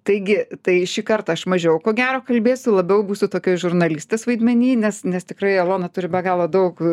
taigi tai šį kartą aš mažiau ko gero kalbėsiu labiau būsiu tokios žurnalistės vaidmeny nes nes tikrai elona turi be galo daug